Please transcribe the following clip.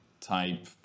type